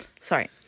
Sorry